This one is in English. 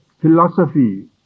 philosophy